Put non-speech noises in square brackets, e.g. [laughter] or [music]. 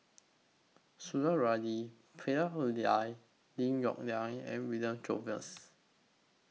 [unintelligible] Lim Yong Liang and William Jervois